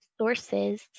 sources